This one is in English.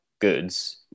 goods